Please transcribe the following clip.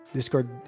Discord